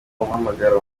umuhamagaro